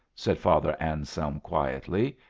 said father anselm quietly,